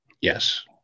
Yes